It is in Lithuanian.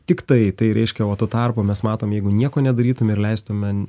tiktai tai reiškia o tuo tarpu mes matom jeigu nieko nedarytum ir leistume